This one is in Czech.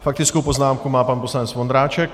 Faktickou poznámku má pan poslanec Vondráček.